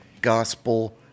gospel